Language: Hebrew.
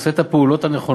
עושה את הפעולות הנכונות